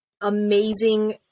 amazing